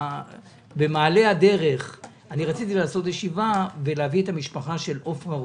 במעלה הדרך רציתי להביא ישיבה ולהביא את המשפחה של עפרה רוס,